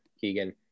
Keegan